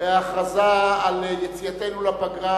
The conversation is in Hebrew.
ההכרזה על יציאתנו לפגרה.